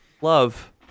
love